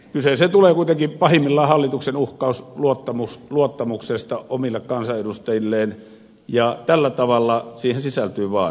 kyseeseen tulee kuitenkin pahimmillaan hallituksen uhkaus luottamuksesta omille kansanedustajilleen ja tällä tavalla siihen sisältyy vaara